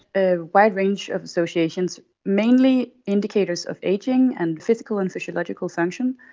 a wide range of associations, mainly indicators of ageing and physical and physiological function,